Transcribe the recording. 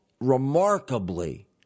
remarkably